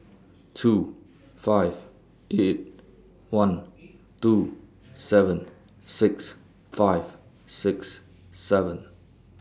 two five eight one two seven six five six seven